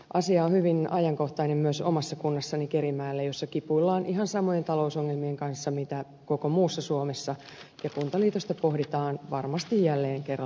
asia on hyvin ajankohtainen myös omassa kunnassani kerimäellä jossa kipuillaan ihan samojen talousongelmien kanssa kuin koko muussa suomessa ja kuntaliitosta pohditaan varmasti jälleen kerran lähitulevaisuudessa